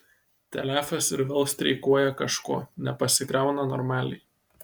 telefas ir vėl streikuoja kažko nepasikrauna normaliai